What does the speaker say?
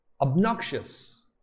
Obnoxious